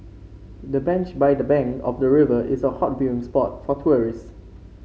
the bench by the bank of the river is a hot viewing spot for tourists